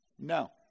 No